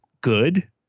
good